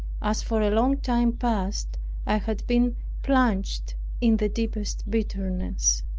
as for a long time past i had been plunged in the deepest bitterness.